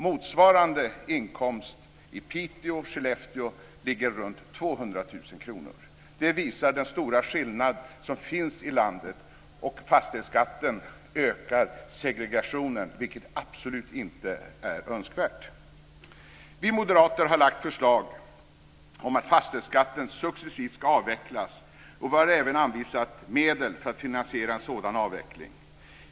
Motsvarande inkomst i Piteå och Skellefteå ligger runt 200 000 kr. Det visar den stora skillnad som finns i landet, och fastighetsskatten ökar segregationen, vilket absolut inte är önskvärt. Vi moderater har lagt fram förslag om att fastighetsskatten successivt ska avvecklas. Vi har även anvisat medel för att finansiera en sådan avveckling.